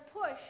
push